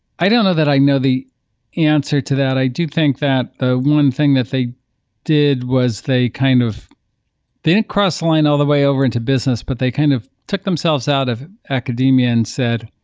i don't know that i know the answer to that. i do think that ah one thing that they did was they kind of they didn't cross line all the way over into business, but they kind of took themselves out of academia and said,